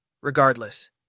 Regardless